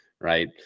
Right